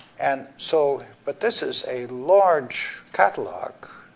and so, but this is a large catalog,